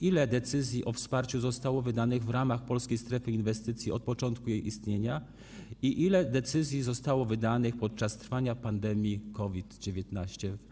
Ile decyzji o wsparciu zostało wydanych w ramach Polskiej Strefy Inwestycji od początku jej istnienia i ile decyzji zostało wydanych podczas trwania pandemii COVID-19?